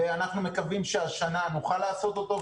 אנחנו מקווים שהשנה נוכל לעשות אותו,